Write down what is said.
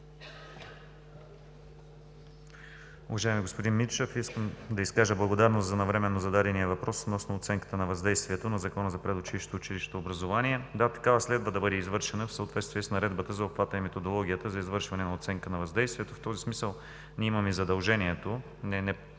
Уважаеми господин Мирчев, искам да изкажа благодарност за навременно зададения въпрос относно оценката на въздействието на Закона за предучилищното и училищното образование. Да, такава следва да бъде извършена в съответствие с наредбата за обхвата и методологията за извършване на оценка на въздействието. В този смисъл ние имаме и задължението,